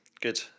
Good